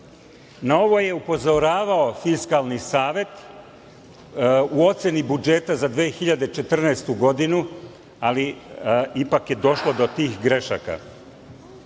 ovo je upozoravao Fiskalni savet u oceni budžeta za 2014. godinu, ali ipak je došlo do tih grešaka. Pod